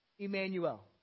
Emmanuel